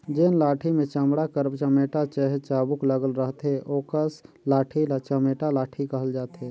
जेन लाठी मे चमड़ा कर चमेटा चहे चाबूक लगल रहथे ओकस लाठी ल चमेटा लाठी कहल जाथे